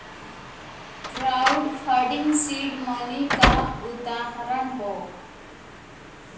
crowd funding seed money क उदाहरण हौ